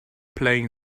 playing